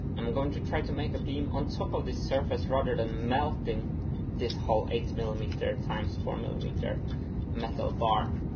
i'm going to try to make a beam on top of this surface rather than melting this whole eight millimeter times four millimeter metal bar